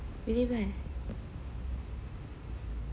really meh